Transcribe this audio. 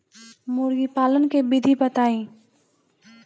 मुर्गीपालन के विधी बताई?